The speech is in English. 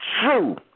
true